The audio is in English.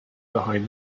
behind